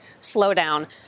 slowdown